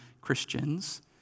Christians